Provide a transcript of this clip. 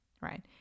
right